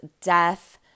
death